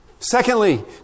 Secondly